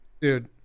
Dude